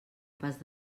pas